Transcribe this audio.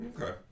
okay